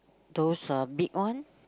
those uh big one